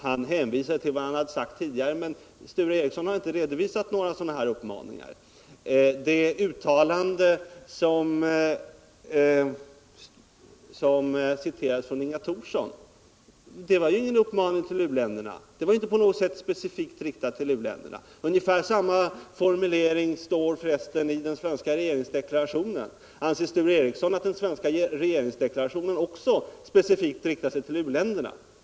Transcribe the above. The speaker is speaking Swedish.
Han hänvisar till vad han har sagt tidigare, men han har inte redovisat några sådana uppmaningar. Det uttalande från Inga Thorsson som citerades innehöll ingen uppmaning till u-länderna, det var inte på något sätt speciellt riktat till u-länderna. Ungefär samma formulering står förresten i den svenska regeringsdeklarationen. Anser Sture Ericson att den svenska regeringsdeklarationen också specifikt riktar sig till u-länderna?